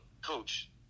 coach